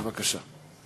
בבקשה.